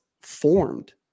formed